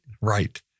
Right